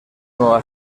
nueva